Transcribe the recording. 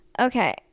okay